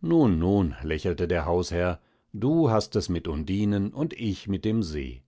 nun nun lächelte der hausherr du hast es mit undinen und ich mit dem see